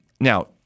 Now